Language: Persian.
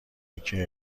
یکی